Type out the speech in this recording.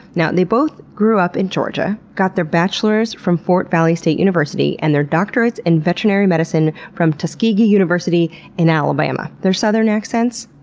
they both grew up in georgia, got their bachelors' from fort valley state university, and their doctorates in veterinary medicine from tuskegee university in alabama. their southern accents?